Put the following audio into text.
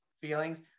feelings